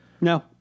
No